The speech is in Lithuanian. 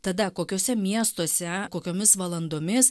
tada kokiuose miestuose kokiomis valandomis